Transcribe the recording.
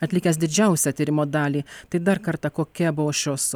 atlikęs didžiausią tyrimo dalį tai dar kartą kokia buvo šios